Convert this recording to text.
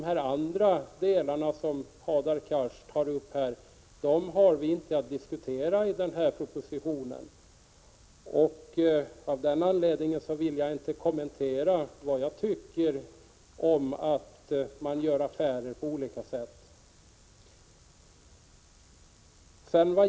De andra delar som Hadar Cars tar upp har vi inte till uppgift att diskutera när det gäller den här propositionen. Av denna anledning vill jag inte kommentera vad jag tycker om att det görs affärer på olika sätt.